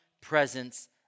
presence